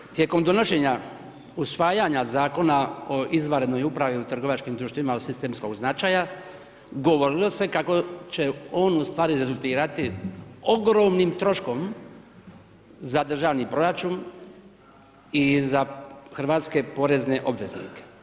Naime, tijekom donošenja usvajanja Zakona o izvanrednoj upravi u trgovačkim društvima od sistemskog značaja, govorilo se kako će on u stvari rezultirati ogromnim troškom za državni proračun i za hrvatske porezne obveznike.